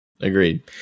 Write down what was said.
Agreed